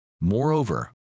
Moreover